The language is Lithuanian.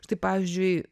štai pavyzdžiui